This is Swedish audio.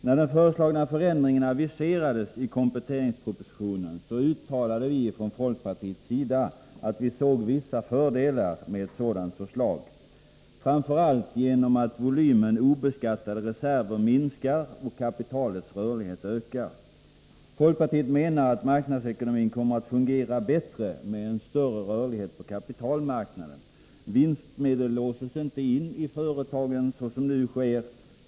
När den föreslagna förändringen aviserades i kompletteringspropositionen uttalade vi från folkpartiets sida att vi såg vissa fördelar med ett sådant förslag, framför allt genom att volymen obeskattade reserver minskar och kapitalets rörlighet ökar. Folkpartiet menar att marknadsekonomin kommer att fungera bättre med en större rörlighet på kapitalmarknaden. Vinstmedel låses då inte in i företagen så som nu sker.